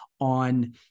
on